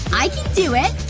i can do it.